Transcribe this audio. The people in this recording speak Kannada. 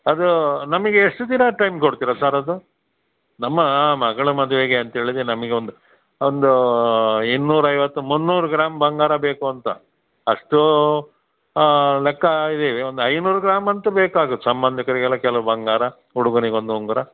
ಅದೂ ನಮಗೆ ಎಷ್ಟು ದಿನ ಟೈಮ್ ಕೊಡ್ತೀರಾ ಸರ್ ಅದು ನಮ್ಮ ಮಗಳ ಮದುವೆಗೆ ಅಂಥೇಳದೆ ನಮಗೆ ಒಂದು ಒಂದೂ ಇನ್ನೂರು ಐವತ್ತು ಮುನ್ನೂರು ಗ್ರಾಮ್ ಬಂಗಾರ ಬೇಕು ಅಂತ ಅಷ್ಟೂ ಲೆಕ್ಕ ಇದೆ ಒಂದು ಐನೂರು ಗ್ರಾಮ್ ಅಂತೂ ಬೇಕಾಗುತ್ತೆ ಸಂಬಂಧಗಳಿಗೆಲ್ಲ ಕೆಲವು ಬಂಗಾರ ಹುಡುಗರಿಗೊಂದು ಉಂಗುರ